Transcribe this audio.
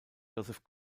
joseph